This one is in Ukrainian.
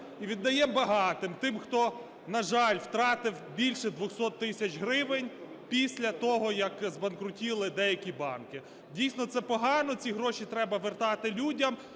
І віддаємо багатим, тим хто, на жаль, втратив більше 200 тисяч гривень після того, як збанкрутіли деякі банки. Дійсно, це погано. Ці гроші треба вертати людям.